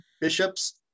bishops